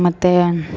ಮತ್ತು